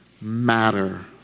matter